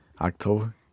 October